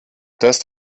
dass